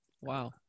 wow